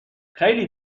خیلی